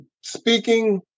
speaking